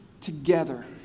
together